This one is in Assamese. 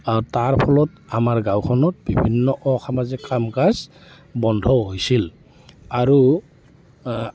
আৰু তাৰ ফলত আমাৰ গাঁওখনত বিভিন্ন অসামাজিক কাম কাজ বন্ধও হৈছিল আৰু